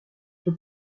for